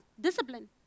discipline